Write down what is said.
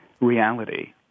reality